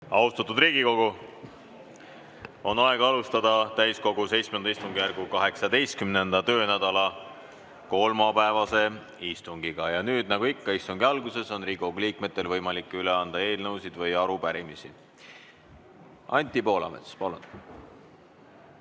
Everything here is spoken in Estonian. Austatud Riigikogu! On aeg alustada täiskogu VII istungjärgu 18. töönädala kolmapäevast istungit. Nagu ikka istungi alguses on nüüd Riigikogu liikmetel võimalik üle anda eelnõusid või arupärimisi. Anti Poolamets, palun!